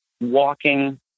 walking